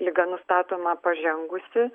liga nustatoma pažengusi